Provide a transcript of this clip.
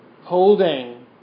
holding